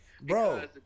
Bro